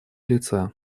лица